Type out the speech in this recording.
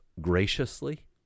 graciously